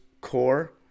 core